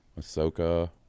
Ahsoka